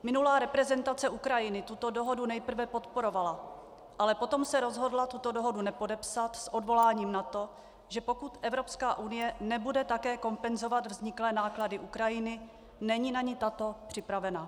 Minulá reprezentace Ukrajiny tuto dohodu nejprve podporovala, ale potom se rozhodla tuto dohodu nepodepsat s odvoláním na to, že pokud Evropská unie nebude také kompenzovat vzniklé náklady Ukrajiny, není na ni tato připravena.